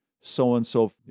so-and-so